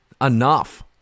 enough